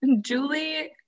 julie